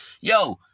yo